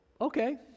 okay